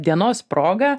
dienos proga